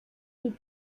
die